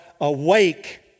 awake